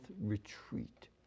retreat